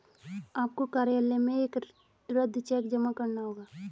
आपको कार्यालय में एक रद्द चेक जमा करना होगा